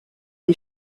les